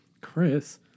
Chris